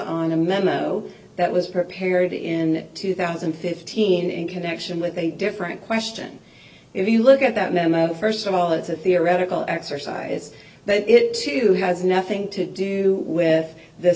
on a memo that was prepared in two thousand and fifteen in connection with a different question if you look at that memo first of all it's a theoretical exercise that it to has nothing to do with the